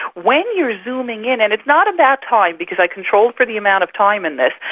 when you are zooming in, and it's not about time because i controlled for the amount of time in this,